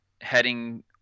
heading